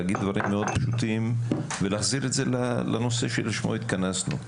להגיד דברים מאוד פשוטים ולהחזיר את זה לנושא שלשמו התכנסנו,